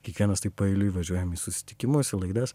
kiekvienas taip paeiliui važiuojam į susitikimus į laidas